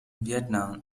vietnam